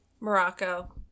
morocco